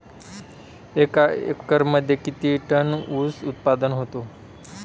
एका एकरमध्ये किती टन ऊस उत्पादन होतो?